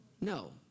no